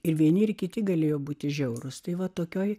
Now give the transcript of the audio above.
ir vieni ir kiti galėjo būti žiaurūs tai va tokioje